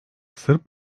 sırp